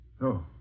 No